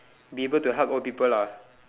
be able to help old people ah